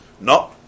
No